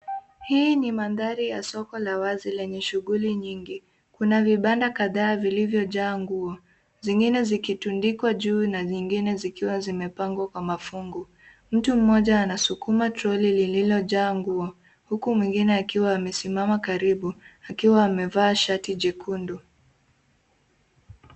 Hii ni mandhari ya soko la wazi lenye shughuli nyingi. Kuna vibanda kadhaa vilivyo jaa nguo, zingine zikitundikwa juu na zingine zimepangwa kwa mafungu. Mtu mmoja anasukuma troli lililojaa nguo huku mwingine akiwa amesimama karibu akiwa amevaa shati jekundu.